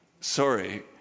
sorry